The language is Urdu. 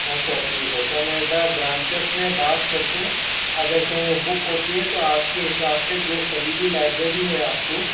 اچھا ٹھیک ہے تو میں ایک بار برانچیس میں بات کر کے اگر کہیں وہ بک ہوتی ہے تو آپ کے حساب سے جو قریبی لائبریری ہے آپ کو